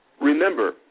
remember